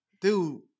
dude